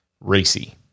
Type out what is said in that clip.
racy